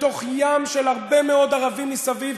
בתוך ים של הרבה מאוד ערבים מסביב,